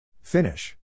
Finish